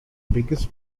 biggest